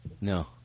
No